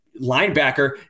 linebacker